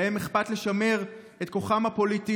להם אכפת לשמר את כוחם הפוליטי,